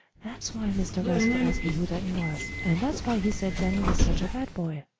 that's why mr. roscoe asked me who danny was, and that's why he said danny was such a bad boy.